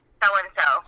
so-and-so